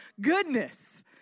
goodness